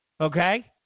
okay